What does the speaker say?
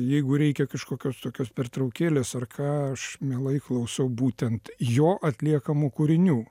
jeigu reikia kažkokios tokios pertraukėlės ar ką aš mielai klausau būtent jo atliekamų kūrinių